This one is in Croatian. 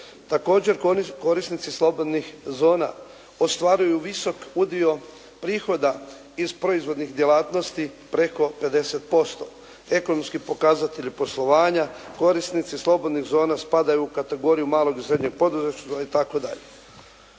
Također, korisnici slobodnih zona ostvaruju visok udio prihoda iz proizvodnih djelatnosti preko 50%. Ekonomski pokazatelji poslovanja, korisnici slobodnih zona spadaju u kategoriju malog i srednjeg poduzetništva